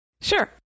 Sure